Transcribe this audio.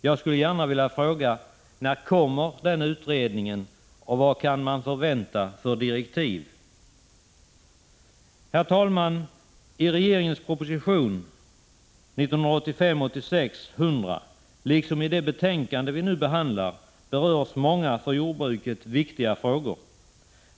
Jag skulle vilja fråga när den utredningen kommer och vilka direktiv man kan förvänta. Herr talman! I regeringens proposition 1985/86:100 liksom i det betänkande vi nu diskuterar behandlas många för jordbruket viktiga frågor.